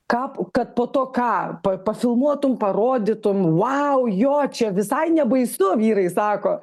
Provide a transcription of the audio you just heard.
kad po to ką pafilmuotm parodytum vau jo čia visai nebaisu vyrai sako